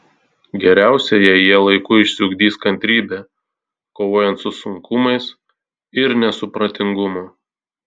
geriausia jei jie laiku išsiugdys kantrybę kovojant su sunkumais ir nesupratingumu